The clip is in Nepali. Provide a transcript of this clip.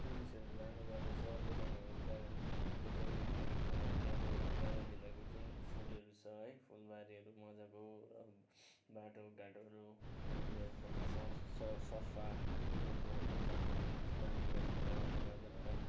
टुरिस्टहरू जाने गर्दछ बोटानिकल गार्डनको जुन त्यहाँको गार्डनभित्रको जुन फुलहरू छ है फुलबारीहरू मजाको र बाटोघाटोहरू राम्रो एकदम स सफा त्यहाँको इन्भाइरोमेन्ट राम्रो भएको कारणले गर्दा है